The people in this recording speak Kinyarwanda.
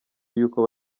y’uko